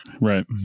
Right